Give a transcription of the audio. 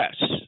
yes